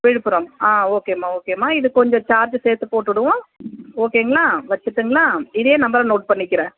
விழுப்புரம் ஆ ஓகேம்மா ஓகேம்மா இது கொஞ்சம் சார்ஜு சேர்த்து போட்டுடுவோம் ஓகேங்களா வச்சுட்டுங்களா இதே நம்பரை நோட் பண்ணிக்கிறேன்